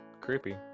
creepy